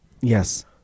Yes